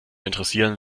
interessieren